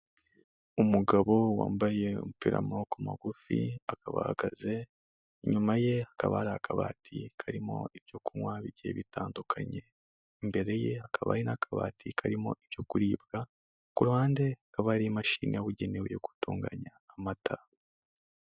Umugabo wambaye umupira w'amaboko magufi akaba ahahagaze, inyuma ye akaba ari akabati karimo ibyo kunywa bigiye bitandukanye, imbere ye hakaba n'akabati karimo ibyo kuribwa, kuhande kaba ari imashini yabugenewe yo gutunganya amata.